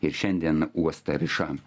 ir šiandien uostą riša